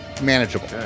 manageable